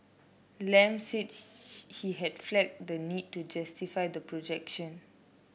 Lam said he had flagged the need to justify the projection